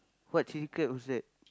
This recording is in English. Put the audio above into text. what chilli crab is that